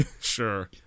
Sure